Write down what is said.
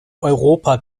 europa